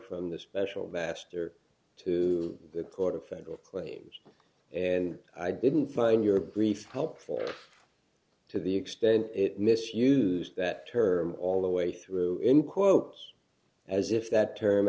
from the special master to the court of federal claims and i didn't find your brief helpful to the extent it misused that term all the way through in quotes as if that term